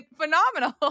phenomenal